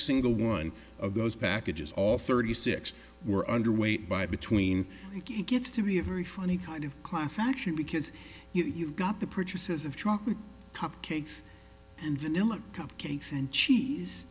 single one of those packages all thirty six were underweight by between he gets to be a very funny kind of class action because you've got the purchases of chocolate cupcakes and cupcakes and cheese